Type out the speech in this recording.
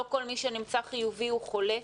לא כל מי שנמצא חיובי הוא חולה.